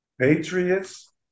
Patriots